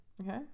Okay